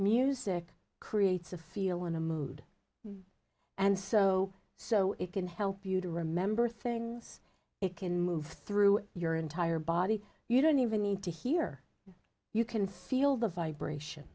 music creates a feel in a mood and so so it can help you to remember things it can move through your entire body you don't even need to hear you can feel the vibration